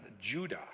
Judah